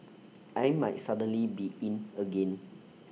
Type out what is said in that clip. I might suddenly be 'in' again